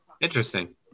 Interesting